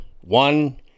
one